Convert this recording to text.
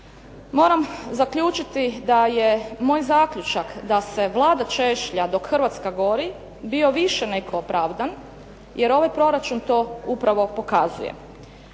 moram zaključiti da je moj zaključak da se Vlada češlja dok Hrvatska gori bio više nego opravdan, jer ovaj proračun to upravo pokazuje.